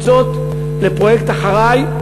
קבוצות לפרויקט "אחריי!".